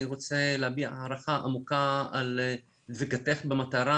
אני רוצה להביע הערכה עמוקה על דבקותך במטרה